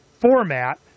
format